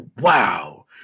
wow